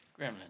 Gremlin